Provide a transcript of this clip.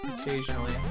Occasionally